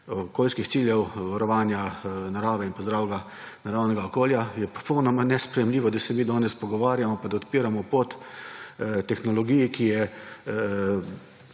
okoljskih ciljev, varovanja narave in pa zdravega naravnega okolja, je popolnoma nesprejemljivo, da se mi danes pogovarjamo, pa da odpiramo pot tehnologiji, ki je,